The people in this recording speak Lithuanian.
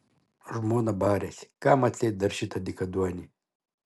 žmona barėsi kam atseit dar šitą dykaduonį